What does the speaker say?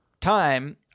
time